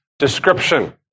description